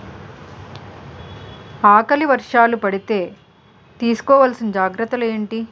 ఆకలి వర్షాలు పడితే తీస్కో వలసిన జాగ్రత్తలు ఏంటి?